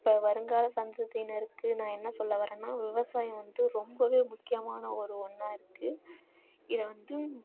இப்போ வருங்கால சந்ததியினருக்கு நான் என்ன சொல்ல வரேன்னால் விவசாயம் வந்துட்டு ரொம்பவே முக்கியமான ஒரு ஒன்றா இருக்குது இதை வந்து